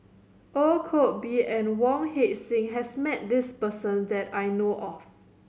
Ong Koh Bee and Wong Heck Sing has met this person that I know of